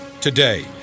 today